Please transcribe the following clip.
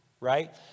right